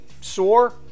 sore